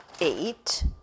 eight